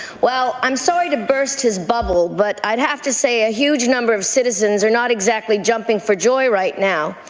well, i'm sorry to burst his bubble but i would have to say a huge number of citizens are not exactly jumping for joy right now.